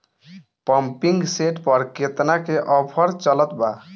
Pumping set पर केतना के ऑफर चलत बा?